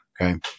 Okay